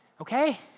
okay